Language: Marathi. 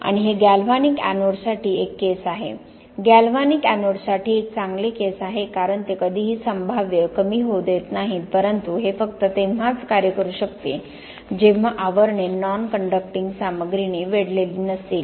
आणि हे गॅल्व्हॅनिक एनोड्ससाठी एक केस आहे गॅल्व्हॅनिक एनोड्ससाठी एक चांगले केस आहे कारण ते कधीही संभाव्य कमी होऊ देत नाहीत परंतु हे फक्त तेव्हाच कार्य करू शकते जेव्हा आवरणे नॉन कंडक्टिंग सामग्रीने वेढलेली नसतील